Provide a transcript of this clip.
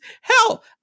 Hell